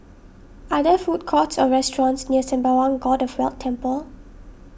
are there food courts or restaurants near Sembawang God of Wealth Temple